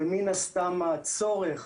ומין הסתם הצורך